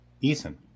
Ethan